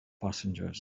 passengers